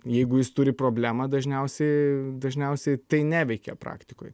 jeigu jis turi problemą dažniausiai dažniausiai tai neveikia praktikoj